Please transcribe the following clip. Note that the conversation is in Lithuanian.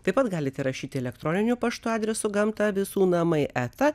taip pat galite rašyti elektroniniu paštu adresu gamta visų namai eta